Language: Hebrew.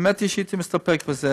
האמת היא שהייתי מסתפק בזה,